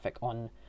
on